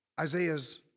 Isaiah's